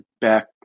back